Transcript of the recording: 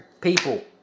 people